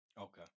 Okay